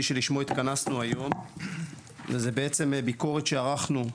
שלשמו התכנסנו היום וזה בעצם הביקורת שערכנו,